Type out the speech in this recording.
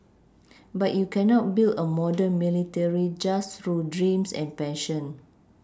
but you cannot build a modern military just through dreams and passion